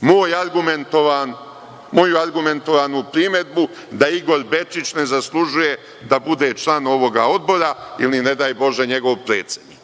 moju argumentovanu primedbu da Igor Bečić ne zaslužuje da bude član ovog odbora ili ne daj Bože njegov predsednik.